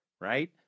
right